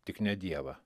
tik ne dievą